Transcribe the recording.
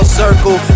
circle